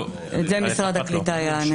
על זה משרד הקליטה יענה.